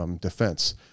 defense